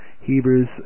Hebrews